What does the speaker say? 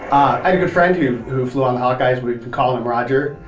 i had a good friend who who flew on the hawkeyes. we've been calling him roger,